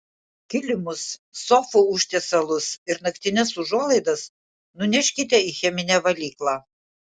kilimus sofų užtiesalus ir naktines užuolaidas nuneškite į cheminę valyklą